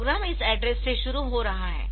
programme इस address से शुरू हो रहा है